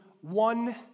one